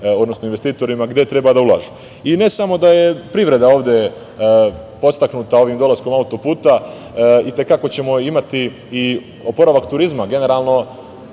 odnosno investitori treba da ulažu.I ne samo da je privreda ovde podstaknuta ovim dolaskom autoputa, i te kako ćemo imati i oporavak turizma. Generalno,